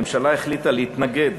הממשלה החליטה להתנגד